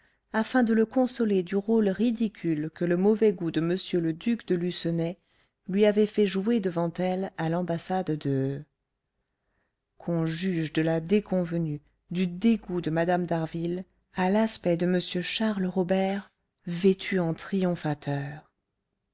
afin de le consoler du rôle ridicule que le mauvais goût de m le duc de lucenay lui avait fait jouer devant elle à l'ambassade de qu'on juge de la déconvenue du dégoût de mme d'harville à l'aspect de m charles robert vêtu en triomphateur